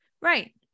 Right